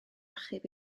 achub